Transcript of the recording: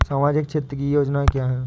सामाजिक क्षेत्र की योजनाएँ क्या हैं?